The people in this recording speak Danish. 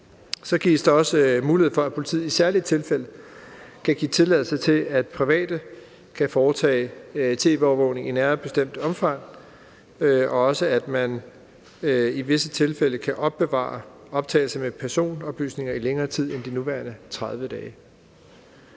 Så gives der også mulighed for, at politiet i særlige tilfælde kan give tilladelse til, at private kan foretage tv-overvågning i et nærmere bestemt omfang, og at man i visse tilfælde også kan opbevare optagelser med personoplysninger i længere tid end de nuværende 30 dage.